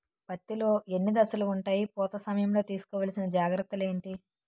పత్తి లో ఎన్ని దశలు ఉంటాయి? పూత సమయం లో తీసుకోవల్సిన జాగ్రత్తలు ఏంటి?